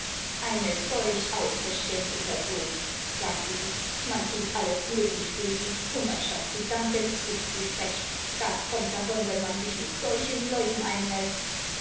eine solch ausverschämte person sagte sie man tut alles mögliche für sie und anstatt zu danken ist sie frech das kommt davon wenn man sich mit solchen leuten einläßt